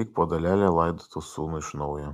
lyg po dalelę laidotų sūnų iš naujo